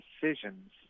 decisions